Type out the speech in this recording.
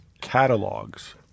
catalogs